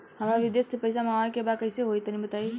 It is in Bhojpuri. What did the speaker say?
हमरा विदेश से पईसा मंगावे के बा कइसे होई तनि बताई?